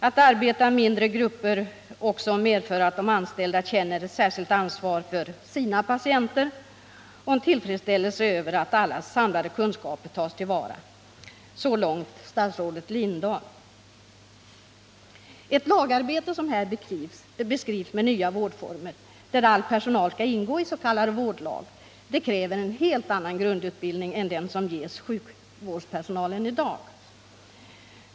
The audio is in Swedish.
Att arbeta i mindre grupper skulle också medföra att de anställda känner ett särskilt ansvar för ”sina” patienter och en tillfredsställelse över att ällas samlade kunskaper tas till vara. — Så långt statsrådet Lindahl. Ett lagarbete sådant som det som här beskrivs, med nya vårdformer där all personal skall ingå i s.k. vårdlag, kräver en helt annan grundutbildning än den som ges sjukvårdspersonalen i dag.